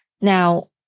Now